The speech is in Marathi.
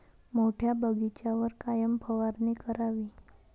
मोठ्या बगीचावर कायन फवारनी करावी?